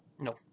No